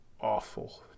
Awful